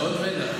עוד רגע.